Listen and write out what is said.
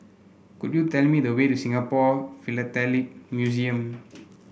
could you tell me the way to Singapore Philatelic Museum